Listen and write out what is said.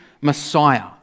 Messiah